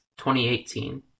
2018